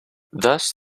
thus